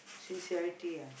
sincerity ah